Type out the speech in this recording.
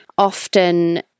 Often